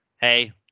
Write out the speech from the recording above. Hey